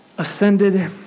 ascended